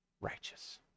righteous